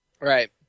Right